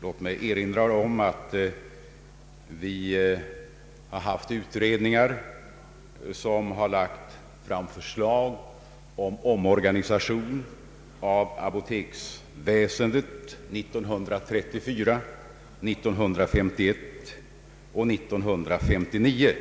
Låt mig erinra om att det förekommit utredningar som lagt fram förslag om omorganisation av apoteksväsendet 1934, 1951 och 1959